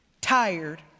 tired